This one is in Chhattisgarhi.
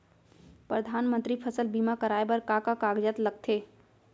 परधानमंतरी फसल बीमा कराये बर का का कागजात लगथे?